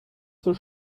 zur